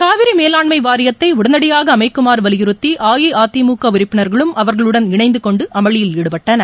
காவிரி மேலாண்மை வாரியத்தை உடனடியாக அமைக்குமாறு வலியுறத்தி அஇஅதிமுக உறுப்பினர்களும் அவர்களுடன் இணைந்து கொண்டு அமளியில் ஈடுபட்டனர்